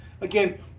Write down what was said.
Again